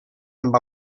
amb